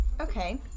Okay